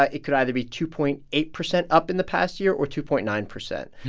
ah it could either be two point eight percent up in the past year or two point nine percent.